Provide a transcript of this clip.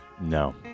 No